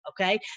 Okay